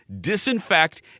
disinfect